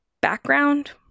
background